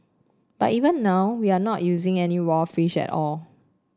but even now we are not using any raw fish at all